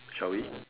shall we